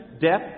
death